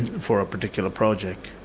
for a particular project.